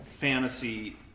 fantasy